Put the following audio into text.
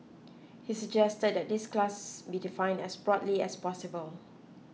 he suggested that this class be defined as broadly as possible